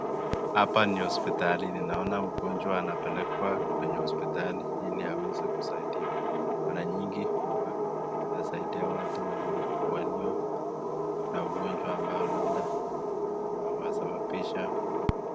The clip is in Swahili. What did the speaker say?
Hapa ni hospitalini, naona mgonjwa anapelekwa kwenye hospitali ili aweze kusaidiwa na mara nyingi huwa inasaidia watu walio na ugonjwa ambao labda umewasababisha.